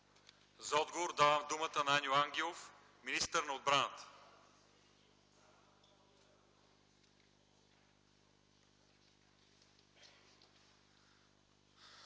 За отговор давам думата на Аню Ангелов – министър на отбраната.